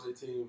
team